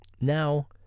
Now